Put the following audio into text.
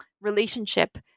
relationship